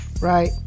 right